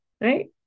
right